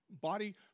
body